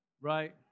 right